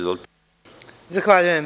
Zahvaljujem.